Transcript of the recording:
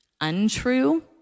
untrue